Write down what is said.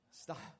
Stop